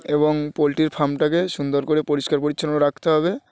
এবং পোলট্রির ফার্মটাকে সুন্দর করে পরিষ্কার পরিচ্ছন্ন রাখতে হবে